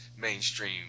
Mainstream